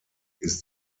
ist